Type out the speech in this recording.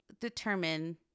determine